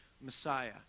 Messiah